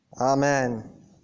Amen